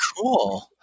Cool